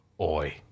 Oi